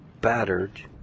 battered